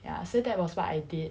ya so that was what I did